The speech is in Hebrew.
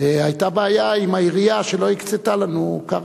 היתה בעיה עם העירייה, שלא הקצתה לנו קרקע.